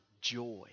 joy